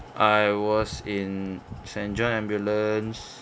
I was in saint john ambulance